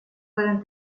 pueden